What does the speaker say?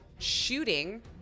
shooting